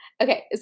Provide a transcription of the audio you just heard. okay